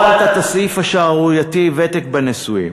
הובלת את הסעיף השערורייתי "ותק בנישואין".